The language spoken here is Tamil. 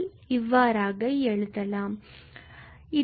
இவ்வாறாக எழுதலாம் Γ𝑛𝑛−1